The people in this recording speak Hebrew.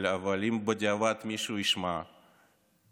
אבל אם בדיעבד מישהו ישמע ויצפה,